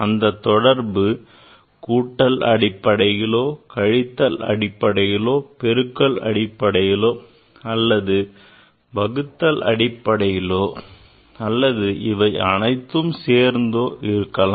அந்த தொடர்பு கூட்டல் அடிப்படையிலோ கழித்தல் அடிப்படையிலோ பெருக்கல் அடிப்படையிலோ வகுத்தல் அடிப்படையிலோ அல்லது இவை அனைத்தும் சேர்ந்தோ இருக்கலாம்